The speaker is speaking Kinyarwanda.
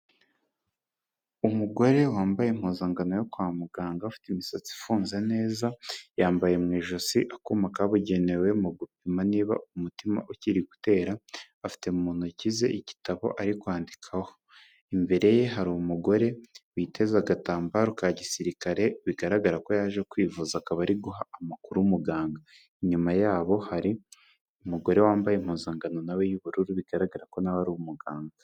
Umugore wambaye impuzangano yo kwa muganga, ufite imisatsi ifunze neza, yambaye mu ijosi akuma kabugenewe mu gupima niba umutima ukiri gutera, afite mu ntoki ze igitabo ari kwandikaho, imbere ye hari umugore biteza agatambaro ka gisirikare bigaragara ko yaje kwivuza, akaba ari guha amakuru umuganga, inyuma yabo hari umugore wambaye impuzangano na we y'ubururu bigaragara ko na we ari umuganga.